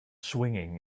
swinging